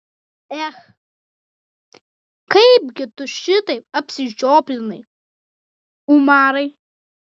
ech kaipgi tu šitaip apsižioplinai umarai